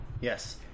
Yes